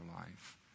life